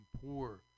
poor